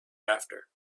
after